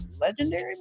legendary